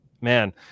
man